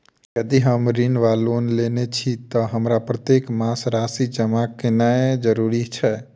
यदि हम ऋण वा लोन लेने छी तऽ हमरा प्रत्येक मास राशि जमा केनैय जरूरी छै?